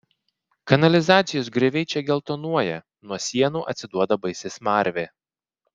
kanalizacijos grioviai čia geltonuoja nuo sienų atsiduoda baisi smarvė